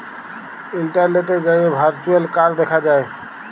ইলটারলেটে যাঁয়ে virtual card দ্যাখা যায়